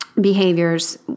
behaviors